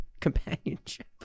companionship